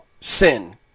sin